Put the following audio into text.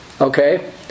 Okay